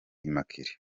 immaculée